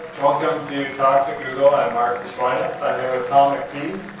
welcome to talks at google. i'm mark de schweinitz. i'm here with tom mcphee.